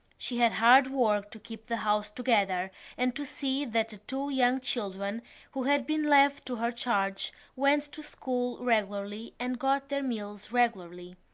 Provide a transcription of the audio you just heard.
she had hard work to keep the house together and to see that the two young children who had been left to her charge went to school regularly and got their meals regularly.